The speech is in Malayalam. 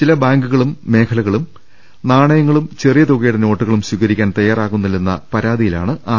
ചില ബാങ്കുകളും മേഖലകളും നാണയങ്ങളും ചെറിയ തുക യുടെ നോട്ടുകളും സ്വീകരിക്കാൻ തയ്യാറാകുന്നില്ലെന്ന് പരാതിയിലാണ് ആർ